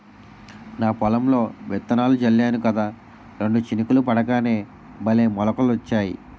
నా పొలంలో విత్తనాలు జల్లేను కదా రెండు చినుకులు పడగానే భలే మొలకలొచ్చాయి